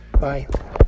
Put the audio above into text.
Bye